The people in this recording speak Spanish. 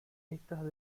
estas